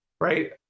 right